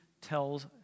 tells